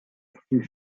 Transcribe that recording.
fut